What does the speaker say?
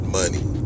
money